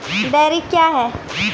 Dairy क्या हैं?